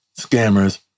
scammers